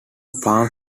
palm